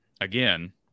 again